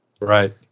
Right